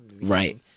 right